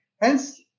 Hence